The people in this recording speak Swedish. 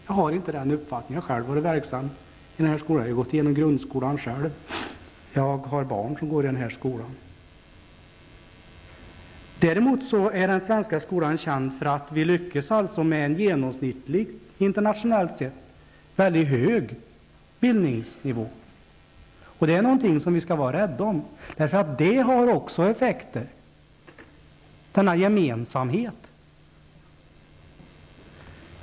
Jag har inte den uppfattningen. Jag har själv varit verksam inom skolan. Jag har själv gått igenom grundskolan, och jag har barn som går i skolan. Däremot är den svenska skolan känd för att vi lyckats med en internationellt sett mycket hög bildningsnivå. Det är något som vi skall vara rädda om, eftersom också det har effekter.